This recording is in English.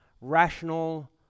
rational